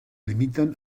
limiten